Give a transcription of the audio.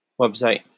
website